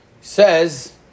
says